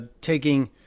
taking